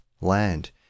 land